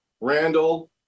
Randall